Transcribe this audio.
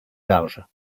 large